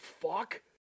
fuck